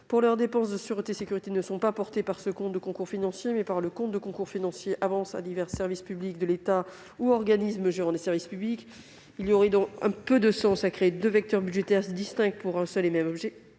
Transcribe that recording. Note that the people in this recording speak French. pour leurs dépenses de sûreté et de sécurité ne sont pas portées par ce compte de concours financiers, mais par le compte de concours financiers « Avances à divers services publics de l'État ou organismes gérant des services publics ». Il y aurait peu de sens à créer deux vecteurs budgétaires pour un seul et même objectif.